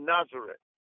Nazareth